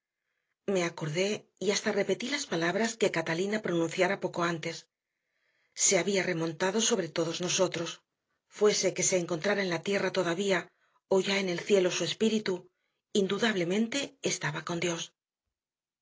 me acordé y hasta repetí las palabras que catalina pronunciara poco antes se había remontado sobre todos nosotros fuese que se encontrara en la tierra todavía o ya en el cielo su espíritu indudablemente estaba con dios